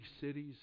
cities